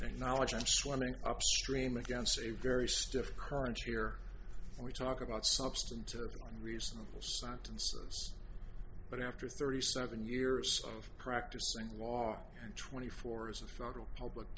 the knowledge of swimming upstream against a very stiff current here we talk about substantive and reasonable sentences but after thirty seven years of practicing law and twenty four as a federal public